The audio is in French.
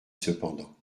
cependant